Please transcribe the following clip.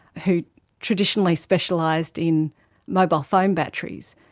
who traditionally specialised in mobile phone batteries,